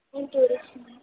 నేను టూరిస్ట్ని